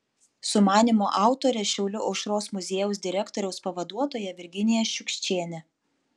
sumanymo autorė šiaulių aušros muziejaus direktoriaus pavaduotoja virginija šiukščienė